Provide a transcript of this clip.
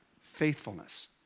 Faithfulness